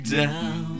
down